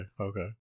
okay